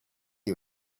you